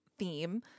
theme